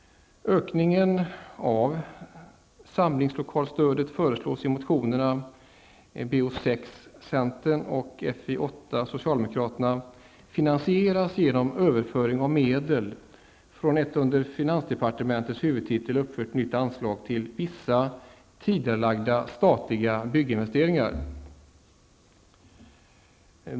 Ökningen av samlingslokalsstödet föreslås i motionerna Bo6 från centern samt Fi8 från socialdemokraterna finansieras genom överföring av medel från ett under finansdepartementets huvudtitel uppfört nytt anslag till vissa tidigarelagda statliga bygginvesteringar.